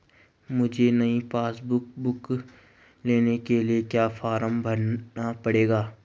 मुझे नयी passbook book लेने के लिए क्या फार्म भरना पड़ेगा?